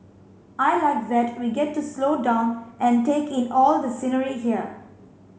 I like that we get to slow down and take in all the scenery here